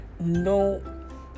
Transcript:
No